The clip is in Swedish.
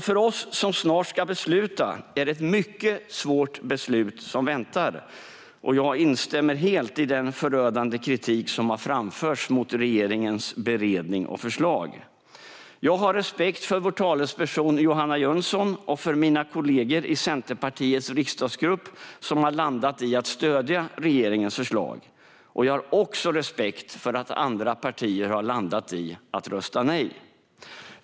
För oss som snart ska besluta är det därför ett mycket svårt beslut som väntar. Jag instämmer helt i den förödande kritik som har framförts mot regeringens beredning och förslag. Jag har respekt för vår talesperson Johanna Jönsson och för mina kollegor i Centerpartiets riksdagsgrupp som har landat i att stödja regeringens förslag. Jag har också respekt för att andra partier har landat i att rösta nej.